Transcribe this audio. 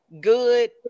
good